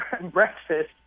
breakfast